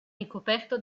ricoperto